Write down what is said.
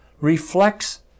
reflects